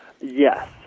Yes